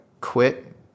quit